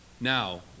Now